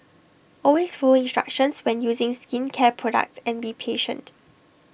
always follow instructions when using skincare products and be patient